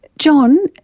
john,